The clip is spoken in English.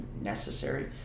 necessary